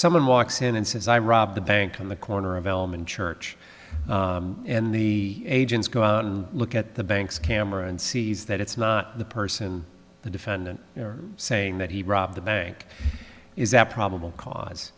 someone walks in and says i robbed the bank on the corner of elm and church and the agents go look at the bank's camera and sees that it's not the person the defendant saying that he robbed the bank is that probable cause